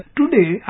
today